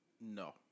No